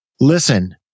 Listen